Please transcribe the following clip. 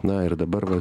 na ir dabar va